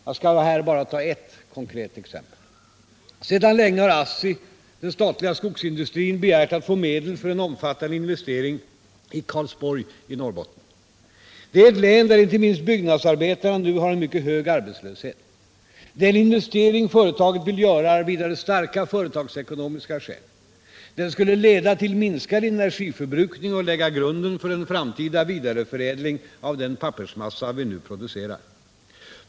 Jag skall här bara ta ert konkret exempel. Sedan länge har ASSI, den statliga skogsindustrin, begärt att få medel för en omfattande investering i Karlsborg i Norrbotten. Det är i ett län där inte minst byggnadsarbetarna nu har en mycket hög arbetslöshet. Den investering företaget vill göra har vidare starka företagsekonomiska skäl. Den skulle leda till minskad energiförbrukning och lägga grunden för en framtida vidareförädling av den pappersmassa vi nu producerar.